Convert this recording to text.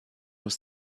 was